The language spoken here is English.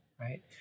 right